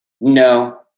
no